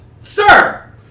Sir